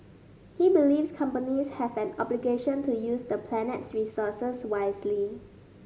he believes companies have an obligation to use the planet's resources wisely